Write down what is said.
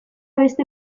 beste